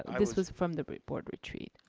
and this was from the board retreat.